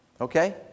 Okay